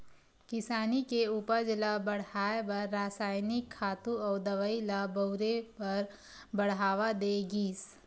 किसानी के उपज ल बड़हाए बर रसायनिक खातू अउ दवई ल बउरे बर बड़हावा दे गिस